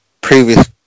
previous